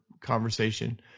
conversation